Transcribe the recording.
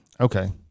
Okay